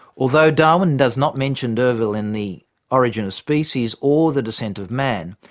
although darwin does not mention d'urville in the origin of species or the descent of man,